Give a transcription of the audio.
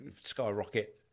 skyrocket